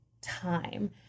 time